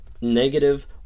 negative